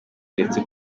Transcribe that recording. ndetse